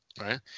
right